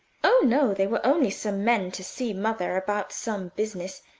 oh, no, they were only some men to see mother about some business,